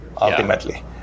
ultimately